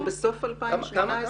אנחנו בסוף 2018. כמה?